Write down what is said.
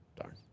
Darn